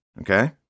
Okay